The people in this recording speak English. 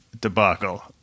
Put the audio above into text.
Debacle